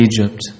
Egypt